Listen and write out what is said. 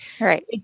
Right